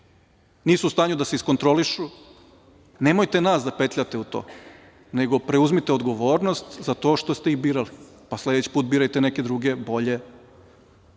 nisu u stanju da se iskontrolišu, nemojte nas da petljate u to, nego preuzmite odgovornost za to što ste ih birali, pa sledeći put birajte neke druge, bolje,